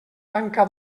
tanca